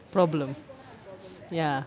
problem ya